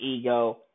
ego